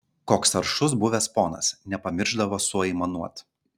koks aršus buvęs ponas nepamiršdavo suaimanuot